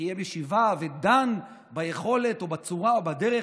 וקיים ישיבה ודן ביכולת או בצורה או בדרך